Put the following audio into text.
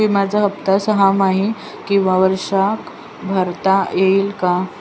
विम्याचा हफ्ता सहामाही किंवा वार्षिक भरता येईल का?